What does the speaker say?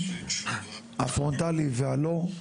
הפרונטלי והלא.